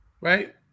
Right